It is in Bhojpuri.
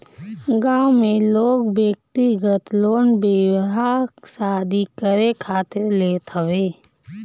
गांव में लोग व्यक्तिगत लोन बियाह शादी करे खातिर लेत हवे